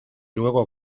luego